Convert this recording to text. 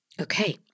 Okay